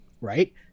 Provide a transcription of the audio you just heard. right